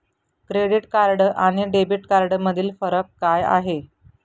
Credit card आणि debit कार्डमधील फरक काय आहे?